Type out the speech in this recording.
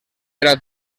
era